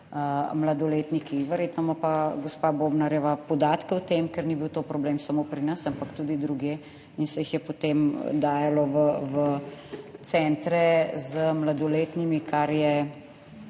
mladoletniki. Verjetno ima pa gospa Bobnarjeva podatke o tem, ker ni bil to problem samo pri nas, ampak tudi drugje in se jih je potem dajalo v centre z mladoletnimi, kar je